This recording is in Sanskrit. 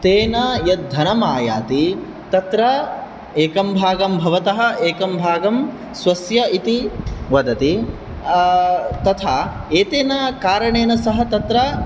तेन यत् धनम् आयाति तत्र एकं भागं भवतः एकं भागं स्वस्य इति वदति तथा एतेन कारणेन सः तत्र